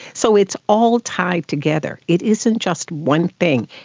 so it's all tied together. it isn't just one thing.